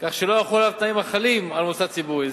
כך שלא יחולו עליו התנאים החלים על מוסד ציבורי.